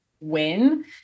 win